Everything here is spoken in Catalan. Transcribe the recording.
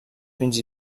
fins